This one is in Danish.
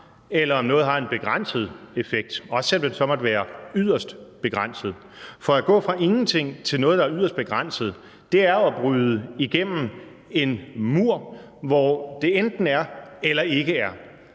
eller om noget har en begrænset effekt, også selv om den så måtte være yderst begrænset. For at gå fra ingenting til noget, der er yderst begrænset, er jo at bryde igennem en mur, hvor det enten er eller ikke er.